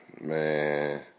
Man